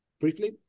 briefly